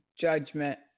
judgment